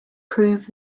prove